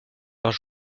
leurs